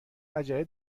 عجله